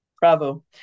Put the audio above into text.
Bravo